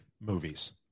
movies